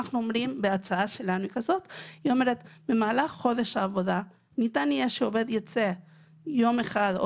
ההצעה שלנו אומרת שבמהלך חודש העבודה ניתן יהיה לעובד לצאת יום אחד,